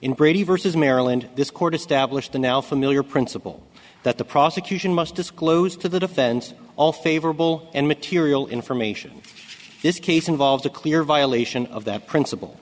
in brady versus maryland this quarter stablished the now familiar principle that the prosecution must disclose to the defense all favorable and material information this case involves a clear violation of that principle